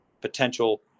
potential